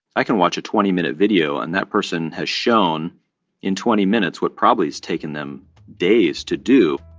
i can watch a twenty minute video and that person has shown in twenty minutes what probably has taken them days to do.